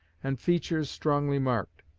and features strongly marked.